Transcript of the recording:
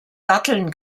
datteln